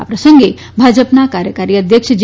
આ પ્રસંગે ભાજપના કાર્યકારી અધ્યક્ષ જે